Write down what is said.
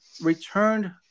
returned